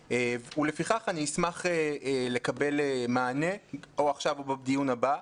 לפיכך אני אשמח לקבל מענה או עכשיו או בדיון הבא,